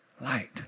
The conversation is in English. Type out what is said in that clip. light